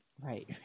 right